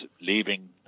leaving